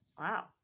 Wow